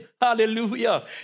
Hallelujah